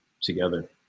together